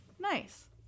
Nice